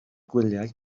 gwyliau